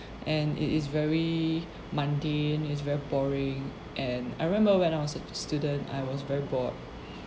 and it is very mundane it's very boring and I remember when I was a student I was very bored